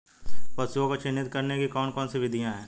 पशुओं को चिन्हित करने की कौन कौन सी विधियां हैं?